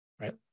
right